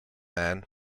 man